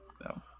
no